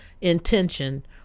intention